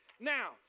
Now